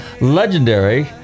legendary